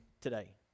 today